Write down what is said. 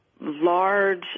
large